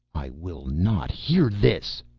i will not hear this!